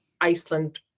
Iceland